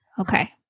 Okay